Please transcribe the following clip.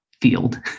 field